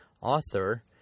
author